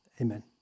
amen